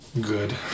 good